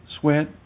sweat